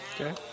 Okay